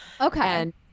Okay